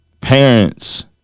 parents